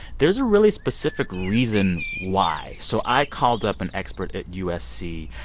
there's a really specific reason why. so i called up an expert at usc.